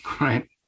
Right